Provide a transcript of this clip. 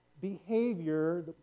behavior